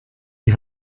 die